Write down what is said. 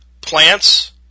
plants